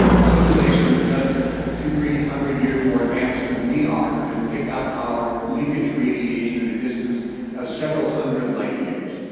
a civilisation just two hundred, three hundred years more advanced than we are could pick up our leakage radiation at a distance of several hundred light years.